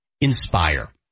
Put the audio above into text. Inspire